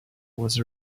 was